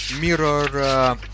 mirror